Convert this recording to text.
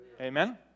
Amen